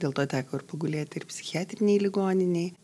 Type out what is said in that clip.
dėl to teko ir pagulėti ir psichiatrinėj ligoninėj